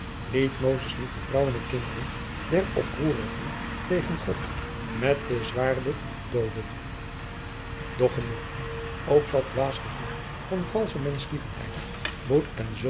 liet mozes niet de vrouwen en kinderen der oproerigen tegen god met den zwaarde dooden doch genoeg ook dat dwaas gevoel van valsche menschlievendheid moet en